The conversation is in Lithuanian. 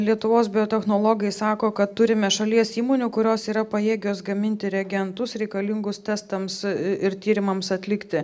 lietuvos biotechnologai sako kad turime šalies įmonių kurios yra pajėgios gaminti reagentus reikalingus testams ir tyrimams atlikti